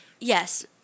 Yes